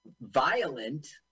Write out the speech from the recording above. Violent